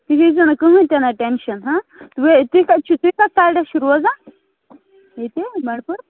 تُہۍ ہیٚزیٚو نہٕ کٕہیٖنٛۍ تہِ نہٕ ٹٮ۪نشَن ہا وۅں ییٚلہِ تُہۍ کَتہِ چھُو تُہۍ کَتھ سایڈَس چھُو روزان ییٚتاہ بنٛڈٕ پورِ